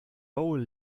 roll